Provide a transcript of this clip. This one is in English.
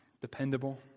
dependable